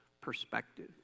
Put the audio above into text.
perspective